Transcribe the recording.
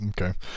okay